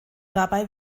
dabei